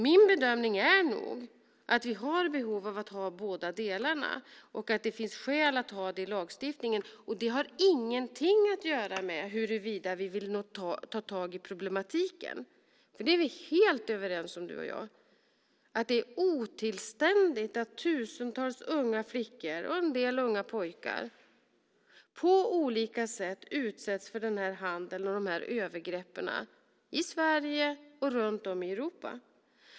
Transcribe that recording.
Min bedömning är nog att vi har behov av att ha båda delarna och att det finns skäl att ha det i lagstiftningen. Det har ingenting att göra med huruvida vi vill ta tag i problematiken. Vi är helt överens om, du och jag, att det är otillständigt att tusentals unga flickor och en del unga pojkar på olika sätt utsätts för den här handeln och de här övergreppen i Sverige och runt om i Europa.